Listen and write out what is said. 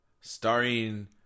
starring